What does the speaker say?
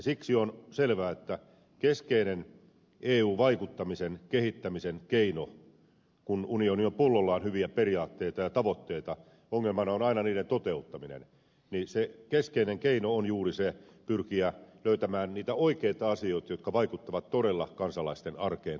siksi on selvä että keskeinen eu vaikuttamisen kehittämisen keino kun unioni on pullollaan hyviä periaatteita ja tavoitteita ongelmana on aina niiden toteuttaminen se keskeinen keino on juuri pyrkiä löytämään niitä oikeita asioita jotka vaikuttavat todella kansalaisten arkeen kansalaisten elämään